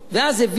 ואז הביאו,